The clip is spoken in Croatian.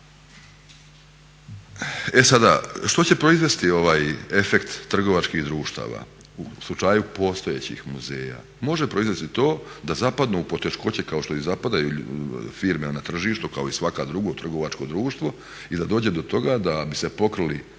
E sada, što će proizvesti ovaj efekt trgovačkih društava? U slučaju postojećih muzeja može proizvesti to da zapadnu u poteškoće kao što i zapadaju firme na tržištu, kao i svako drugo trgovačko društvo, i da dođe do toga da bi se pokrili